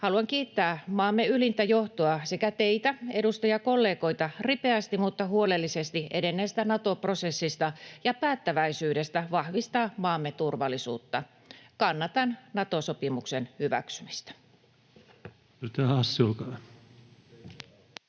Haluan kiittää maamme ylintä johtoa sekä teitä edustajakollegoita ripeästi mutta huolellisesti edenneestä Nato-prosessista ja päättäväisyydestä vahvistaa maamme turvallisuutta. Kannatan Nato-sopimuksen hyväksymistä.